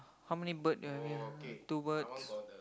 how many bird you have here two birds